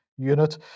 unit